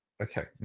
Okay